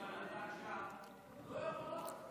לא יכולות.